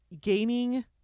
gaining